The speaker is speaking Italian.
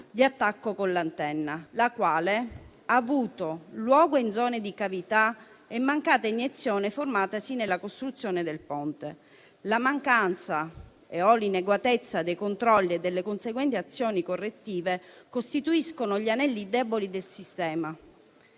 di attacco con l'antenna», la quale «ha avuto luogo in zone di cavità e mancata iniezione formatasi nella costruzione del ponte». «La mancanza e/o l'inadeguatezza dei controlli e delle conseguenti azioni correttive costituiscono gli anelli deboli del sistema».